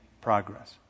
progress